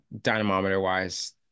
dynamometer-wise